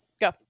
go